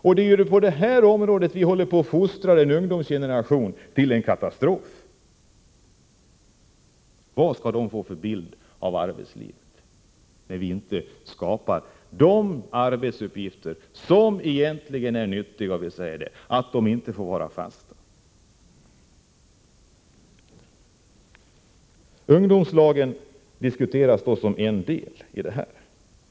Men det är på detta område vi håller på att fostra en ungdomsgeneration till en katastrof. Vad skall de få för bild av arbetslivet när vi inte skapar de arbetsuppgifter som egentligen är nyttiga, men som vi säger inte får vara fasta? Ungdomslagen diskuteras som en del av detta.